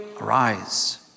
arise